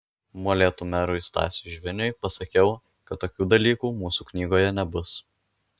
molėtų merui stasiui žviniui pasakiau kad tokių dalykų mūsų knygoje nebus